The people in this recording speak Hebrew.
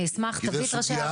אני אשמח מאוד.